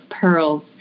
pearls